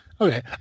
Okay